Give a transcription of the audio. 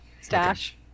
stash